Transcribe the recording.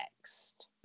next